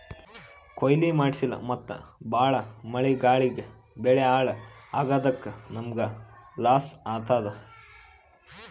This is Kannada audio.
ಕೊಯ್ಲಿ ಮಾಡ್ಸಿಲ್ಲ ಮತ್ತ್ ಭಾಳ್ ಮಳಿ ಗಾಳಿಗ್ ಬೆಳಿ ಹಾಳ್ ಆಗಾದಕ್ಕ್ ನಮ್ಮ್ಗ್ ಲಾಸ್ ಆತದ್